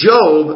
Job